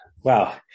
Wow